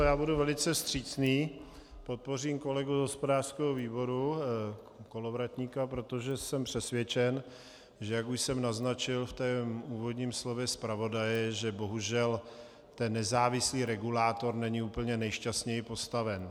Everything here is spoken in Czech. Já budu velice vstřícný a podpořím kolegu z hospodářského výboru Kolovratníka, protože jsem přesvědčen, jak jsem už naznačil v úvodním slově zpravodaje, že bohužel nezávislý regulátor není úplně nejšťastněji postaven.